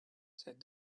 said